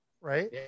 right